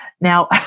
Now